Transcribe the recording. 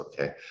okay